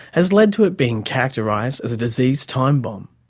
has led to it being characterised as a disease timebomb.